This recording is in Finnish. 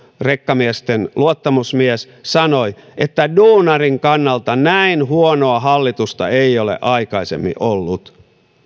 rekkamiesten luottamusmies sanoi että duunarin kannalta näin huonoa hallitusta ei ole aikaisemmin ollut